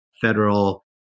federal